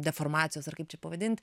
deformacijos ar kaip čia pavadint